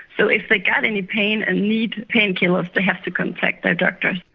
so if they've got any pain and need pain killers they have to contact their doctors.